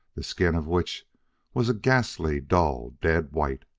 the skin of which was a ghastly, dull, dead white.